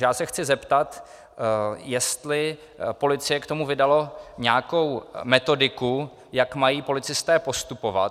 Takže já se chci zeptat, jestli policie k tomu vydala nějakou metodiku, jak mají policisté postupovat.